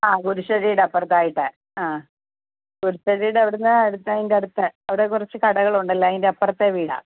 ആ കുരിശ്ശടിയുടെ അപ്പുറത്തായിട്ടാണ് ആ കുരിശ്ശടിയുടെ അവിടുന്ന് അടുത്തതിൻ്റെ അടുത്ത അവിടെ കുറച്ച് കടകൾ ഉണ്ടല്ലോ അതിൻ്റെ അപ്പുറത്തെ വീടാണ്